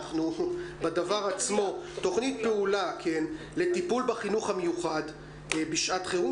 אנחנו בדבר עצמו תוכנית פעולה לטיפול בחינוך המיוחד בשעת חירום,